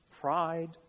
pride